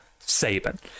Saban